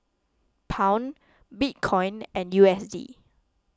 Pound Bitcoin and U S D